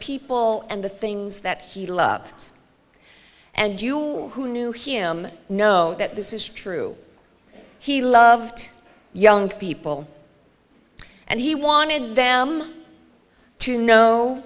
people and the things that he loved and you'll who knew him know that this is true he loved young people and he wanted them to know